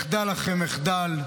מחדל אחרי מחדל,